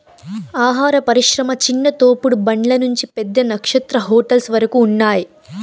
ఆహార పరిశ్రమ చిన్న తోపుడు బండ్ల నుంచి పెద్ద నక్షత్ర హోటల్స్ వరకు ఉన్నాయ్